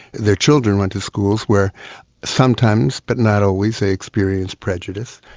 their children went to schools where sometimes but not always they experienced prejudice.